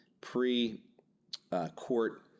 pre-court